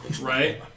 right